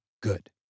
good